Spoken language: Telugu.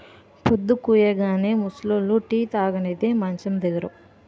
పొద్దుకూయగానే ముసలోళ్లు టీ తాగనిదే మంచం దిగరు